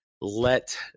Let